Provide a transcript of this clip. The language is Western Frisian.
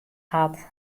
hat